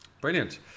Brilliant